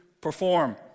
perform